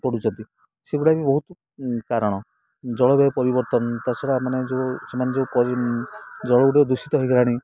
ପଡ଼ୁଛନ୍ତି ସେଗୁଡ଼ା ବି ବହୁତ କାରଣ ଜଳବାୟୁ ପରିବର୍ତ୍ତନ ତା ଛଡ଼ା ମାନେ ଯେଉଁ ସେମାନେ ଯେଉଁ ଜଳଗୁଡ଼ିକ ଦୂଷିତ ହେଇଗଲାଣି